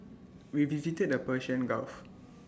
we visited the Persian gulf